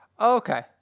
Okay